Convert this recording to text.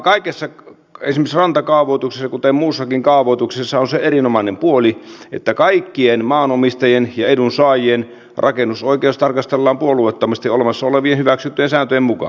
kaikessa kaavoituksessa esimerkiksi rantakaavoituksessa kuten muussakin kaavoituksessa on se erinomainen puoli että kaikkien maanomistajien ja edunsaajien rakennusoikeus tarkastellaan puolueettomasti olemassa olevien hyväksyttyjen sääntöjen mukaan